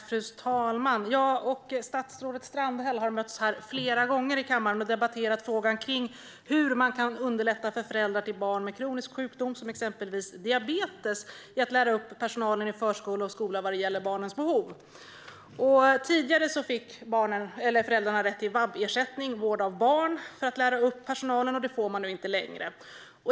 Fru talman! Jag och statsrådet Strandhäll har mötts flera gånger i kammaren och debatterat frågan om hur man kan underlätta för föräldrar till barn med kroniskt sjukdom, exempelvis diabetes, genom att lära upp personal i förskola och skola om barnens behov. Tidigare hade föräldrar rätt till ersättning för vård av barn för att lära upp personalen, men det har de inte längre.